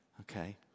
okay